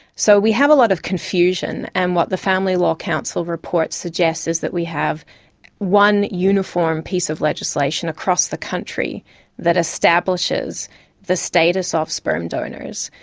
so we have a lot of confusion. and what the family law council report suggests is that we have one uniform piece of legislation across the country that establishes the status of sperm donors,